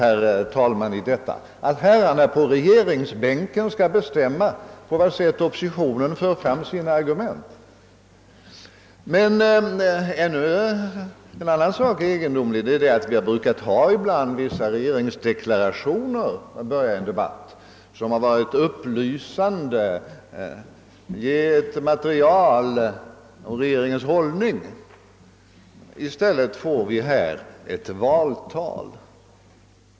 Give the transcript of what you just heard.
Skall herrarna på regeringsbänken bestämma på vad sätt oppositionen skall föra fram sina argument. Det är också en annan sak som är egendomlig. Det har brukat förekomma att en debatt inletts med vissa regeringsdeklarationer som varit upplysan de och kunnat ge material för en bedömning av regeringens hållning. I stället för sådana deklarationer har vi här i dag fått lyssna till ett »valtal«.